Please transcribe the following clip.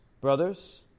...Brothers